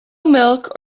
milk